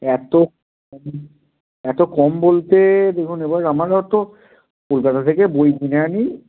এত কম এত কম বলতে দেখুন এবার আমারও তো কলকাতা থেকে বই কিনে আনি